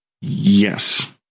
Yes